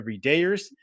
everydayers